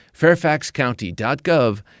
fairfaxcounty.gov